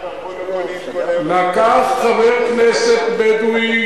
לקח חבר כנסת בדואי,